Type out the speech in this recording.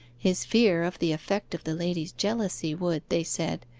his fear of the effect of the lady's jealousy would, they said,